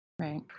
Right